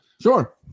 Sure